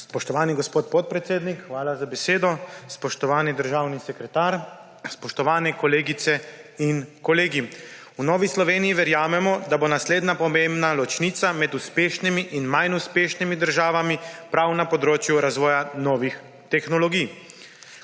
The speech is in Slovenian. Spoštovani gospod podpredsednik, hvala za besedo. Spoštovani državni sekretar, spoštovani kolegice in kolegi! V Novi Sloveniji verjamemo, da bo naslednja pomembna ločnica med uspešnimi in manj uspešnimi državami prav na področju razvoja novih tehnologij.